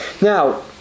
Now